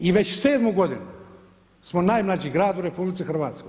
I već sedmu godinu smo najmlađi grad u RH.